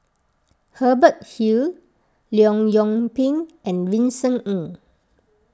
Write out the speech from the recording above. Hubert Hill Leong Yoon Pin and Vincent Ng